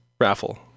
raffle